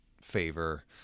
favor